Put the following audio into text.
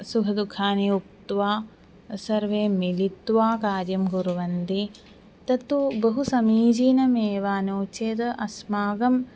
सुखदुखानि उक्त्वा सर्वे मिलित्वा कार्यं कुर्वन्ति तत्तु बहु समीचीनमेव नो चेद् अस्माकं